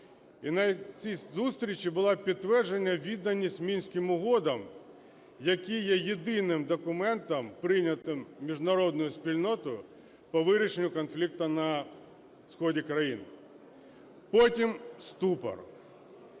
І на цій зустрічі було підтвердження відданість Мінським угодам, які є єдиним документом, прийнятим міжнародною спільнотою по вирішенню конфлікту на сході країни. Потім – ступор.